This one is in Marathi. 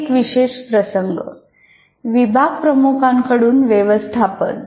एक विशेष प्रसंग विभागप्रमुखांकडून व्यवस्थापन